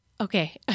okay